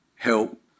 help